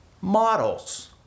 models